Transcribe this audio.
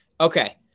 Okay